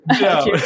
No